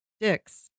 dicks